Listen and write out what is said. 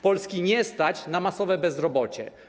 Polski nie stać na masowe bezrobocie.